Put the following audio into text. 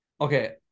okay